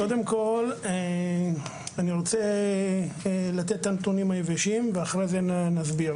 קודם כל אני רוצה לתת את הנתונים היבשים ואחרי זה נסביר.